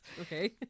Okay